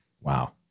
Wow